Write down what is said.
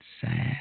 sad